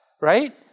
right